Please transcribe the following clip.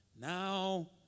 Now